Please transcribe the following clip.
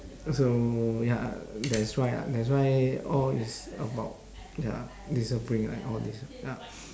also ya that's why ah that's why all is about ya discipline and all this ya